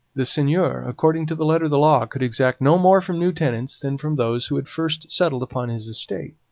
the seigneur, according to the letter of the law, could exact no more from new tenants than from those who had first settled upon his estate.